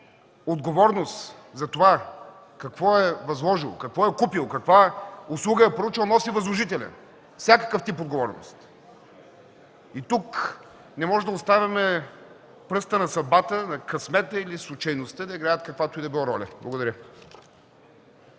отговорност за това какво е възложил, какво е купил, каква услуга е поръчал носи възложителят – всякакъв тип отговорност. Тук не можем да оставим пръста на съдбата, на късмета или случайността да играят каквато и да било роля. Благодаря.